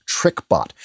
TrickBot